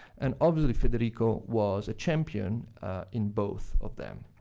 and obviously, federico was a champion in both of them.